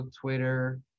Twitter